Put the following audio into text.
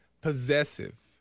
possessive